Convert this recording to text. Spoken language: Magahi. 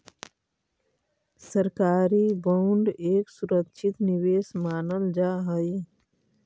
सरकारी बांड एक सुरक्षित निवेश मानल जा हई